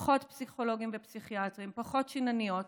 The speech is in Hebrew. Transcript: פחות פסיכולוגים ופסיכיאטרים, פחות שינניות,